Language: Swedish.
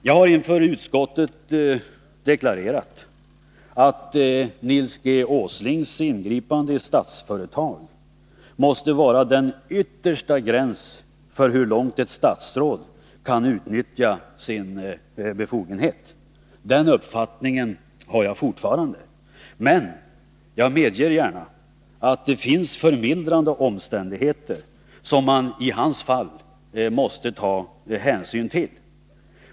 Jag har inför utskottet deklarerat att Nils G. Åslings ingripande i Statsföretag måste vara den yttersta gräns för hur långt ett statsråd kan utnyttja sin befogenhet. Den uppfattningen har jag fortfarande. Men jag medger gärna att det finns förmildrande omständigheter som man i hans fall måste ta hänsyn till.